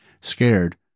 scared